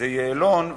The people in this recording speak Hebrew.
וזה יעלון וברק,